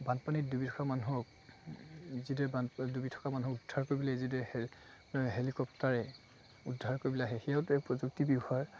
বানপানীত ডুবি থকা মানুহক যিদৰে বানপানীত ডুবি থকা মানুহক উদ্ধাৰ কৰিবলৈ যিদৰে হেলিকপ্টাৰে উদ্ধাৰ কৰিবলৈ আহে সিহঁতে প্ৰযুক্তিৰ ব্যৱহাৰ